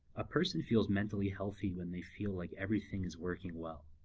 a person feels mentally healthy when they feel like everything is working well.